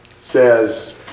says